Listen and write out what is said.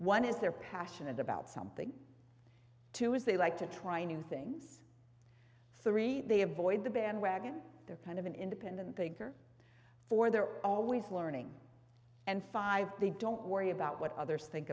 one is they're passionate about something too as they like to try new things three they avoid the bandwagon they're kind of an independent thinker for they're always learning and five they don't worry about what others think